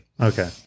Okay